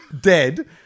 dead